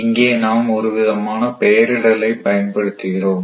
இங்கே நாம் ஒரு விதமான பெயரிடல் ஐ பயன்படுத்துகிறோம்